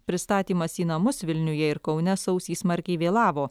pristatymas į namus vilniuje ir kaune sausį smarkiai vėlavo